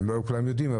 לא כולם יודעים,